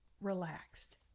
relaxed